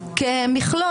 כמכלול.